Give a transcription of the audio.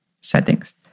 settings